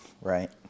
Right